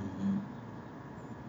mmhmm